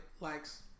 likes